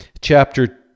chapter